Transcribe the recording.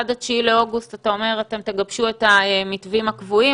עד ה-9 באוגוסט אתה אומר שאתם תגבשו את המתווים הקבועים.